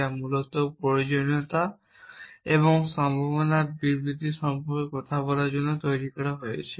যা মূলত প্রয়োজনীয়তা এবং সম্ভাবনার বিবৃতি সম্পর্কে কথা বলার জন্য তৈরি করা হয়েছে